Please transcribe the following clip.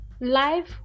life